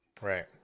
Right